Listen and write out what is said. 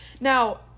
Now